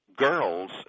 girls